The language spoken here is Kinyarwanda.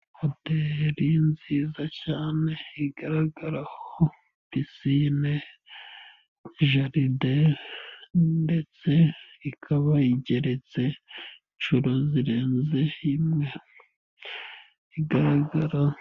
Hoteli nziza cyane igaragaraho pisine, jaride, ndetse ikaba igeretse inshuro zirenze imwe igaragara.